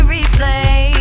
Replay